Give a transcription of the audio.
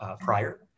prior